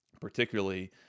particularly